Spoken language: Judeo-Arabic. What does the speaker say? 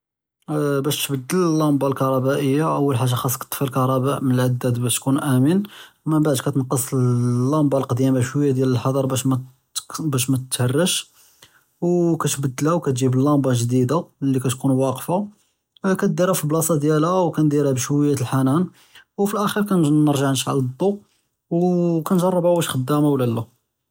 אה באש תבדל לאמבא אלכּהרבאִיה אול חאגה חצכ תטפי אלכּהרבא ואלעדד באש תכון אמן, מןבעד כא תנקס לאמבא אלקדימה שויה דיאל אלחצ'ר באש מא תמהתרסש אווו כתבדלהא וכתג'יב לאמבא אלג'דידה לי כאתכון ואקפא אי כאדירהא פלאבלאצא דיאלהא וכּנדירהא בשויה דיאל אלחנאן, ופלאכּ'ר כנרג'ע נשעל אלדו ואוֹו כנג'רבהא ואש חדאמה ולא לא.